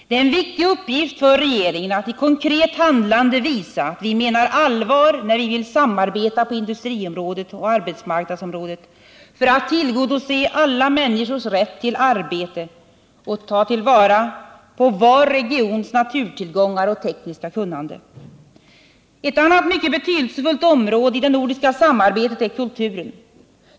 Det är en viktig uppgift för regeringen att i konkret handlande visa att vi menar allvar när vi vill samarbeta på industriområdet och arbetsmarknadsområdet för att tillgodose alla människors rätt till arbete och ta till vara var regions naturtillgångar och tekniska kunnande. Ett annat mycket betydelsefullt område i det nordiska samarbetet är kulturen.